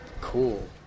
Cool